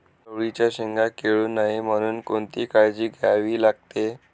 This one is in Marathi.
चवळीच्या शेंगा किडू नये म्हणून कोणती काळजी घ्यावी लागते?